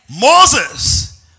Moses